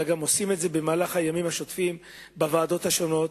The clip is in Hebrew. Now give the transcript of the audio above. אלא עושים את זה גם במהלך ימים השוטפים בוועדות השונות.